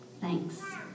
Thanks